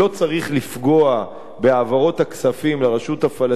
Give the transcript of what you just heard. לפגוע בהעברות הכספים לרשות הפלסטינית,